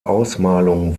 ausmalung